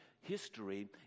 history